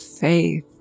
Faith